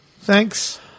Thanks